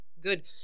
good